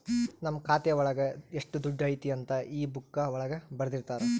ನಮ್ ಖಾತೆ ಒಳಗ ಎಷ್ಟ್ ದುಡ್ಡು ಐತಿ ಅಂತ ಈ ಬುಕ್ಕಾ ಒಳಗ ಬರ್ದಿರ್ತರ